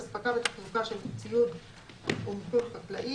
אספקה ותחזוקה של ציוד ומיכון חקלאי,